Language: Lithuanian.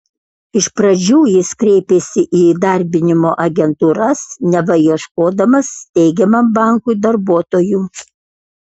iš pradžių jis kreipėsi į įdarbinimo agentūras neva ieškodamas steigiamam bankui darbuotojų